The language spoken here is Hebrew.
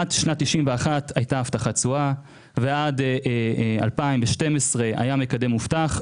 עד שנת 1991 הייתה הבטחת תשואה ועד 2012 היה מקדם מובטח.